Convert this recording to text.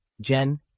Jen